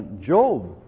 Job